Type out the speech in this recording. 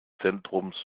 zentrums